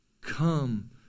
Come